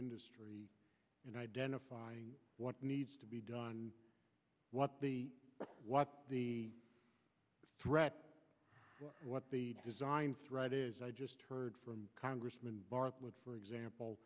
industry in identifying what needs to be done what the what the threat what the design threat is i just heard from congressman mark what for example